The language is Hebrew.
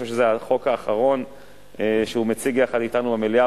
אני חושב שזה החוק האחרון שהוא מציג יחד אתנו במליאה,